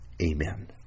Amen